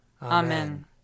Amen